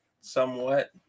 somewhat